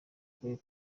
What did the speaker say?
kuri